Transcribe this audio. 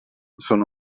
sono